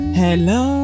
hello